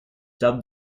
dubbed